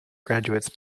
graduates